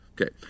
Okay